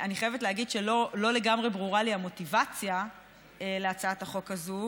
אני חייבת להגיד שלא לגמרי ברורה לי המוטיבציה להצעת החוק הזאת,